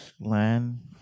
Land